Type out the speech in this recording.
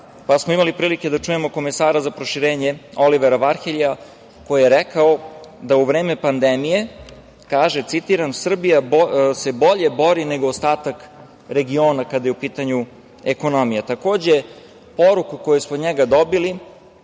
pa smo imali prilike da čujemo komesara za proširenje Olivera Varhejia koji je rekao da u vreme pandemije, kaže, citiram: Srbija se bolje bori nego ostatak regiona, kada je u pitanju ekonomija“. Takođe, poruku koju smo od njega dobili